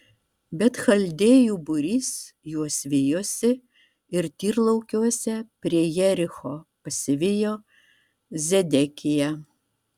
bet chaldėjų būrys juos vijosi ir tyrlaukiuose prie jericho pasivijo zedekiją